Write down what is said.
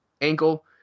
ankle